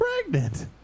pregnant